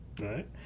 right